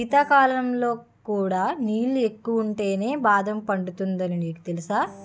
శీతాకాలంలో కూడా నీళ్ళు ఎక్కువుంటేనే బాదం పండుతుందని నీకు తెలుసా?